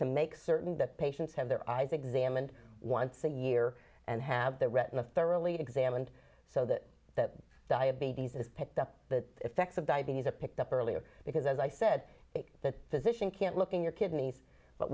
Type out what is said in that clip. to make certain that patients have their eyes examined once a year and have their retina thoroughly examined so that diabetes is picked up the effects of diabetes are picked up earlier because as i said the physician can't look in your kidneys but